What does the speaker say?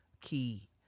key